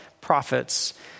prophets